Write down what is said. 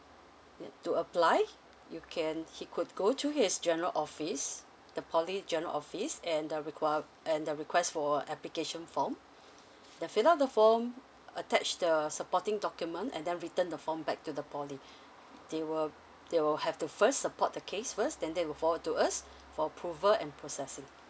to apply you can he could go to his general office the poly general office and the require and the request for application form then fill up the foam attach the supporting document and then return the form back to the poly they will they will have to first support the case first then they will forward to us for approval and processing